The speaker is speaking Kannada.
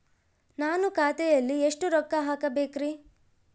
ನಾನು ಖಾತೆಯಲ್ಲಿ ಎಷ್ಟು ರೊಕ್ಕ ಹಾಕಬೇಕ್ರಿ?